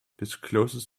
discloses